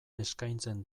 eskaintzen